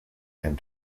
and